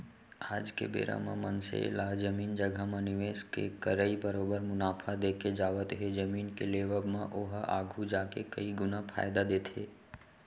आज के बेरा म मनसे ला जमीन जघा म निवेस के करई बरोबर मुनाफा देके जावत हे जमीन के लेवब म ओहा आघु जाके कई गुना फायदा देथे